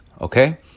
okay